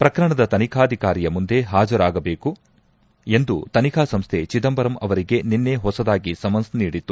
ಪ್ರಕರಣದ ತನಿಖಾಧಿಕಾರಿಯ ಮುಂದೆ ಹಾಜರಾಗಬೇಕು ಎಂದು ತನಿಖಾ ಸಂಸ್ವೆ ಚಿದಂಬರಂ ಅವರಿಗೆ ನಿನ್ನೆ ಹೊಸದಾಗಿ ಸಮನ್ಸ್ ನೀಡಿತ್ತು